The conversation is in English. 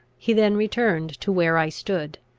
he then returned to where i stood.